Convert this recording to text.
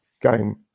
game